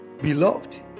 Beloved